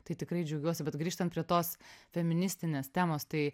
tai tikrai džiaugiuosi bet grįžtant prie tos feministinės temos tai